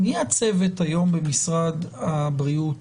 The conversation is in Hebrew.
מי הצוות היום במשרד הבריאות